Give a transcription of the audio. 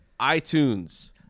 iTunes